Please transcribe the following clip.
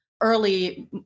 early